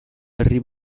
herri